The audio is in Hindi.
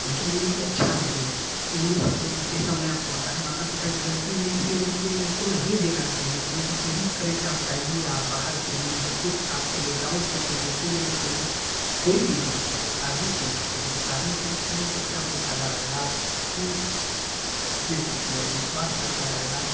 लेकिन यह अच्छा नहीं है इन में सबसे जैसे हमने आपको बताया माता पिता की गलती है इसलिए गलती है उनको नहीं देना चाहिए फोन को उनको प्रेरित करे कि आप जाइये आप बाहर खेलिए बच्चों के साथ खेलिए ग्राउंड पर खेलिए फील्ड में खेलिए कोई भी गेम खेलिए शारीरिक गेम खेलिए लेकिन शारीरिक गेम खेलेंगे तो उससे आपको फायदा रहेगा आपकी फिटनेस अच्छी रहेगी स्वास्थ्य अच्छा रहेगा